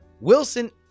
Wilson